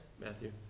Matthew